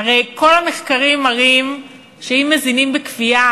הלוא כל המחקרים מראים שאם מזינים בכפייה,